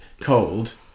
cold